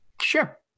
sure